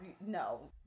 no